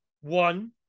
One